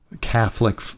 Catholic